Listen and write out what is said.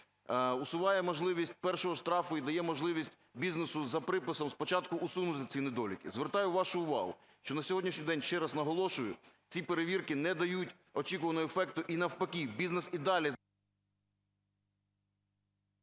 усуває можливість першого штрафу і дає можливість бізнесу за приписом спочатку усунути ці недоліки. Звертаю вашу увагу, що на сьогоднішній день, ще раз наголошую, ці перевірки не дають очікуваного ефекту і навпаки, бізнес і далі…